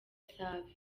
safi